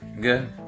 Good